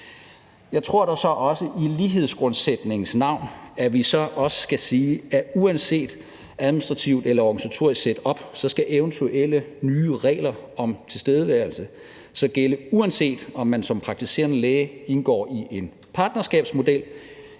vi så også i lighedsgrundsætningens navn skal sige, at uanset hvordan det administrative eller organisatoriske setup er, skal eventuelle nye regler om tilstedeværelse så gælde, uanset om man som praktiserende læge indgår i en partnerskabsmodel,